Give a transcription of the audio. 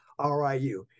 RIU